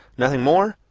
nothing more,